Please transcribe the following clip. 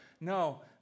No